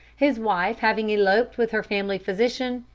his wife having eloped with her family physician,